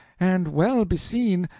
and well beseen,